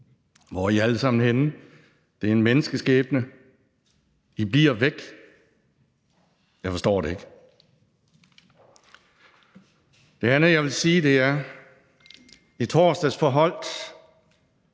Hvor er I alle sammen henne? Det er en menneskeskæbne, og I bliver væk. Jeg forstår det ikke. Det andet, jeg vil sige, er, at i torsdags forholdt